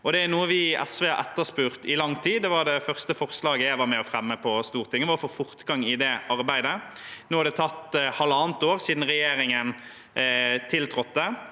det er noe vi i SV har etterspurt i lang tid. Det var det første forslaget jeg var med på å fremme på Stortinget. Vi må få fortgang i det arbeidet. Nå har det tatt ett og et halvt år siden regjeringen tiltrådte.